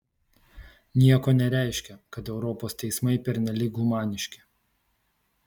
nieko nereiškia kad europos teismai pernelyg humaniški